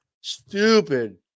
stupid